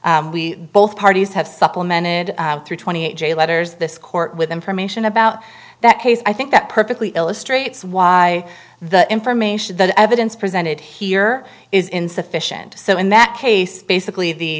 iterations both parties have supplemented through twenty eight day letters this court with information about that case i think that perfectly illustrates why the information that evidence presented here is insufficient so in that case basically the